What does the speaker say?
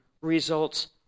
results